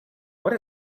what